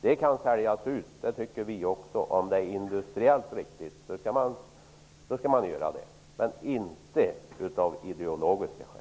Vi tycker också att de kan säljas ut om det är industriellt riktigt, men man skall inte göra det av ideologiska skäl.